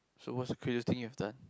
so what's the craziest thing you have done